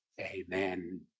Amen